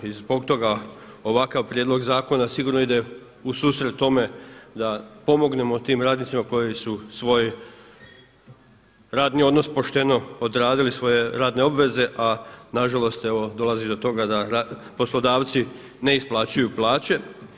I zbog toga ovakav prijedlog zakona sigurno ide u susret tome da pomognemo tim radnicima koji su svoj radni odnos pošteno odradili svoje radne obveze, a na žalost evo dolazi do toga da poslodavci ne isplaćuju plaće.